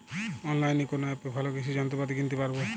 অনলাইনের কোন অ্যাপে ভালো কৃষির যন্ত্রপাতি কিনতে পারবো?